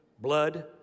blood